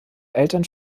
eltern